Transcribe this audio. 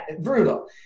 brutal